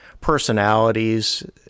personalities